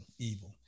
evil